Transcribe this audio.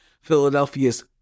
Philadelphia's